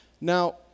Now